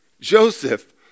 Joseph